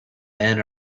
men